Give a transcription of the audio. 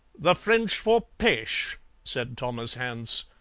the french for pish said thomas hance.